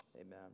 Amen